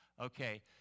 Okay